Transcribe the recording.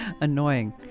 Annoying